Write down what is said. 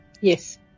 Yes